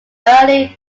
early